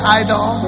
idol